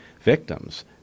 victims